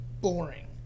boring